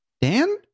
Dan